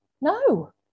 no